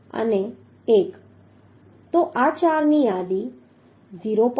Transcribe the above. તો આ ચારની યાદી 0